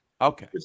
Okay